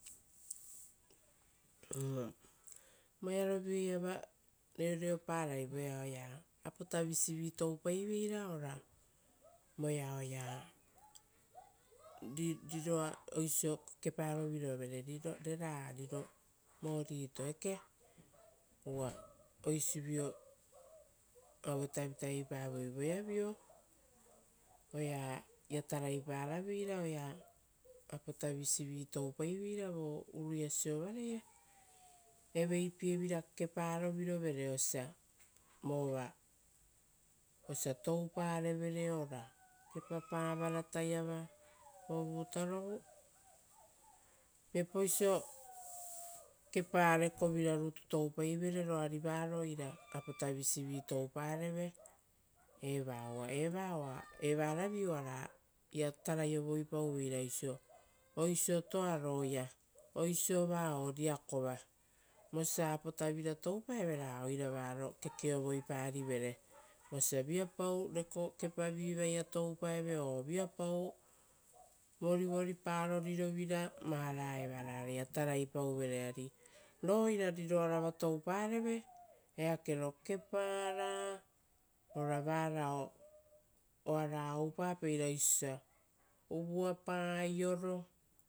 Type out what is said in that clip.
Voerovio iava reoreoparai oea apotavisivi toupaiveira ora voea oea riro vaisivira o oisio kekeparo vere rera riro vorito eeke? Uva oisivio aue tavitavi pavoi, voeavio oeaia taraiparaveira oea apota visivi toupaiveira vo uruiabsiovaraia, eveipievira kekeparoviro vere vova osia toupareve ora kepapa varataiava. Ovutarovu viapauso kepa rekovira rutu toupaivere roari varo ira apota visi toupareve eva uva evaravi oaraia taraiovoipauvere oisio, oisiotoa roia, oisiova o riakova vosia apotavira toupaeve ra oira varo kekeovoiparivere. Vosa viapau reko kepavi vaia toupaeve o viapau vorivoripao rirovira, vara evara oaraia tarapauvere. Ari ro ira riroara va toupareve ira, eakero kepara ora varao oara oupapapeira oisio osia uvuapa aioro